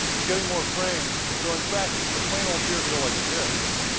you're getting more frames, so in fact the plane will appear to go like this,